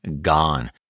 gone